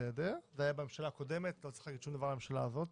זה היה בממשלה הקודמת וזה לא צריך להיות בממשלה הזאת